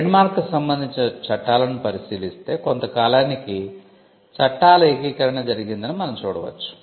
trademark కు సంబంధించిన చట్టాలను పరిశీలిస్తే కొంత కాలానికి చట్టాల ఏకీకరణ జరిగిందని మనం చూడవచ్చు